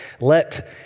let